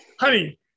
honey